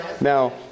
now